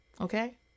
okay